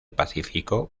pacífico